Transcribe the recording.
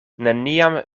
neniam